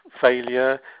failure